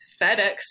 FedEx